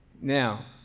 Now